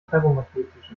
ferromagnetisch